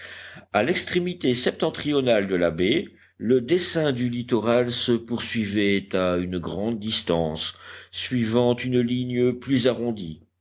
à l'extrémité septentrionale de la baie le dessin du littoral se poursuivait à une grande distance suivant une ligne plus arrondie